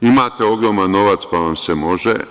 Imate ogroman novac, pa vam se može.